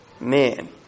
man